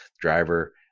driver